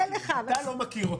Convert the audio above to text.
אני עוד לא דיברתי פשוט.